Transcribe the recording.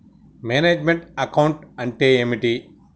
Manage meant account అంటే ఏమిటి?